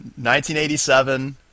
1987